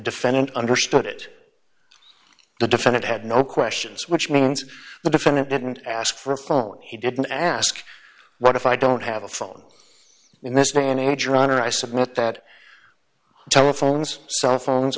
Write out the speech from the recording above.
defendant understood it the defendant had no questions which means the defendant didn't ask for a phone he didn't ask what if i don't have a phone in this day and age your honor i submit that telephones cell phones